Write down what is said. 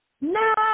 no